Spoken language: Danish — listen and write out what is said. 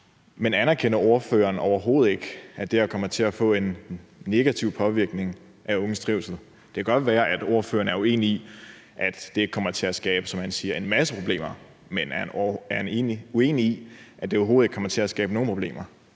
Men anerkender ordføreren overhovedet ikke, at det her kommer til at få en negativ påvirkning af unges trivsel? Det kan godt være, at ordføreren er uenig i, at det kommer til at skabe, som han siger, en masse problemer, men er han uenig i, at det overhovedet ikke kommer til at skabe nogen problemer?